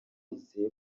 bizeye